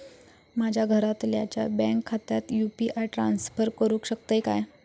माझ्या घरातल्याच्या बँक खात्यात यू.पी.आय ट्रान्स्फर करुक शकतय काय?